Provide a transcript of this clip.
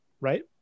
Right